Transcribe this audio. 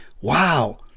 wow